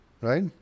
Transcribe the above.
Right